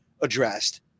addressed